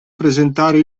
presentare